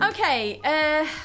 Okay